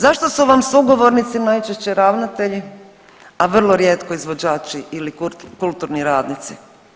Zašto su vam sugovornici najčešće ravnatelji a vrlo rijetko izvođači ili kulturni radnici?